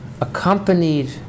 accompanied